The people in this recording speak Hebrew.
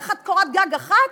תחת קורת גג אחת,